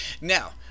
Now